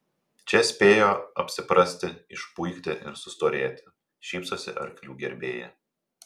čia spėjo apsiprasti išpuikti ir sustorėti šypsosi arklių gerbėja